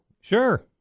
Sure